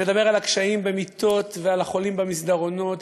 אם לדבר על הקשיים במיטות ועל החולים במסדרונות,